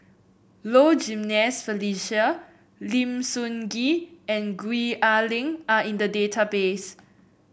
Low Jimenez Felicia Lim Sun Gee and Gwee Ah Leng are in the database